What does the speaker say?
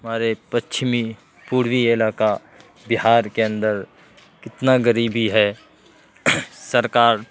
ہمارے پچھمی پوروی علاقہ بہار کے اندر کتنا غریبی ہے سرکار